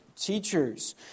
teachers